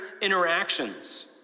interactions